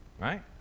right